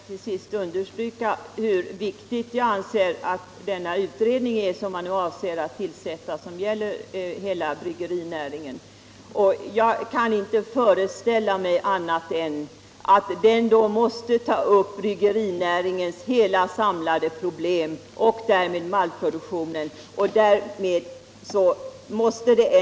Herr ta!'man! Jag vill till sist understryka hur viktig jag anser den utredning vara som man nu avser att tillsätta för översyn av hela bryggerinäringen. Jag kan inte föreställa mig annat än att en sådan utredning måste ta upp hela bryggerinäringens samlade problem och därmed även frågan om maltproduktionen.